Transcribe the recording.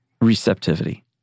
receptivity